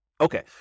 Okay